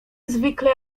zwykle